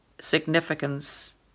significance